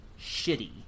shitty